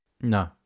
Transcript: No